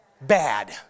bad